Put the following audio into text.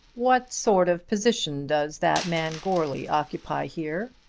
what sort of position does that man goarly occupy here?